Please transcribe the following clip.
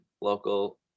local